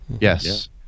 yes